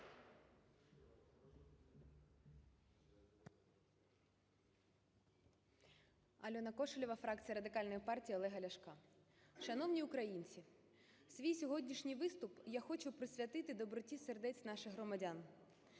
АльонаКошелєва, фракція Радикальної партії Олега Ляшка. Шановні українці! Свій сьогоднішній виступ я хочу присвятити доброті сердець наших громадян.